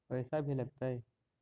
पैसा भी लगतय?